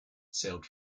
sailed